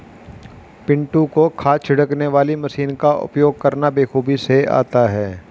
पिंटू को खाद छिड़कने वाली मशीन का उपयोग करना बेखूबी से आता है